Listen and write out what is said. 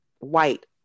white